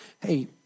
Hey